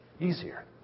easier